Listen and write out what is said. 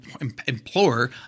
implore